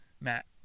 Matt